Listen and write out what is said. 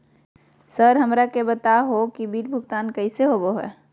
Sir हमरा के बता हो कि बिल भुगतान कैसे होबो है?